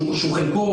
שחלקו